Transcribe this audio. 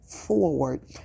forward